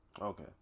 okay